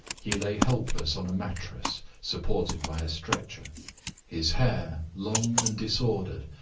he lay helpless on a mattress, supported by a stretcher his hair, long and disordered,